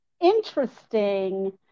interesting